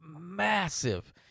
massive